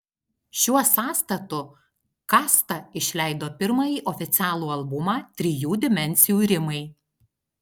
šiuo sąstatu kasta išleido pirmąjį oficialų albumą trijų dimensijų rimai